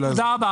תודה רבה.